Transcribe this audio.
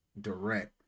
Direct